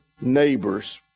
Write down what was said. neighbors